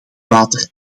water